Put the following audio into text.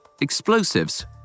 explosives